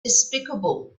despicable